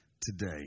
today